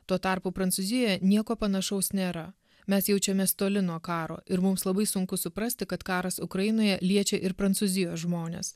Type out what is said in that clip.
tuo tarpu prancūzijoje nieko panašaus nėra mes jaučiamės toli nuo karo ir mums labai sunku suprasti kad karas ukrainoje liečia ir prancūzijos žmones